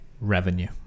revenue